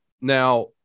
Now